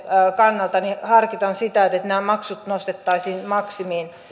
kannalta sitä että että nämä maksut nostettaisiin maksimiin